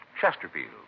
Chesterfield